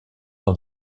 dans